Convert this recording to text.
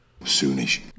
Soonish